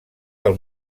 del